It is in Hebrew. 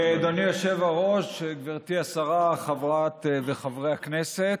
אדוני היושב-ראש, גברתי השרה, חברת וחברי הכנסת,